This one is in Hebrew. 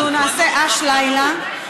אנחנו נעשה א"ש לילה,